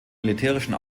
militärischen